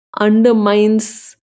undermines